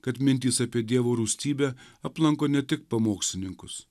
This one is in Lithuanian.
kad mintys apie dievo rūstybę aplanko ne tik pamokslininkus